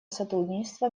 сотрудничество